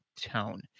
tone